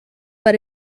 but